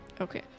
Okay